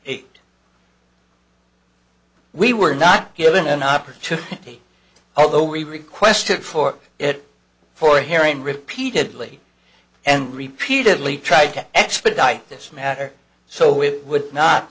eight we were not given an opportunity although we requested for it for hearing repeatedly and repeatedly tried to expedite this matter so we would not